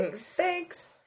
Thanks